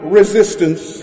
resistance